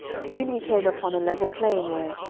soon we came upon a level plain where,